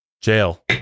Jail